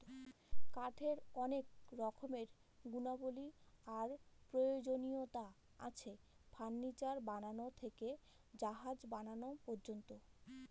কাঠের অনেক রকমের গুণাবলী আর প্রয়োজনীয়তা আছে, ফার্নিচার বানানো থেকে জাহাজ বানানো পর্যন্ত